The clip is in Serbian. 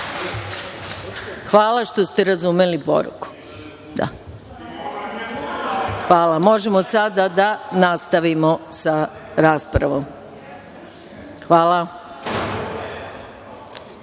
Hvala što ste razumeli poruku. Možemo sada da nastavimo sa raspravom. Hvala. Reč